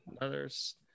others